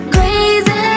Crazy